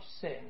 sin